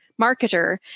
marketer